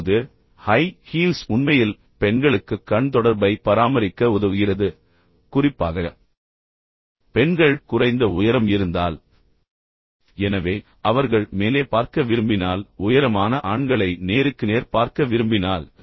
இப்போது high heels உண்மையில் பெண்களுக்கு கண் தொடர்பை பராமரிக்க உதவுகிறது குறிப்பாக பெண்கள் குறைந்த உயரம் இருந்தால் எனவே அவர்கள் மேலே பார்க்க விரும்பினால் உயரமான ஆண்களை நேருக்கு நேர் பார்க்க விரும்பினால்